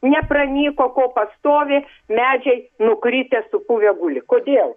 nepranyko kopa stovi medžiai nukritę supuvę guli kodėl